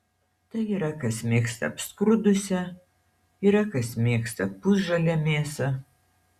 tai yra kas mėgsta apskrudusią yra kas mėgsta pusžalę mėsą